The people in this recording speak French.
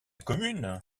commune